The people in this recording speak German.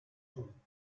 tun